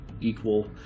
equal